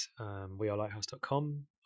WeAreLighthouse.com